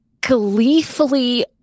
gleefully